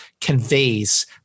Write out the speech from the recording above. conveys